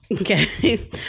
Okay